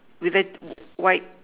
with a white